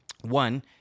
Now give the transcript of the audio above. one